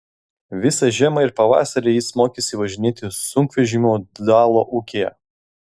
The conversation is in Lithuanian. visą žiemą ir pavasarį jis mokėsi važinėti sunkvežimiu dalo ūkyje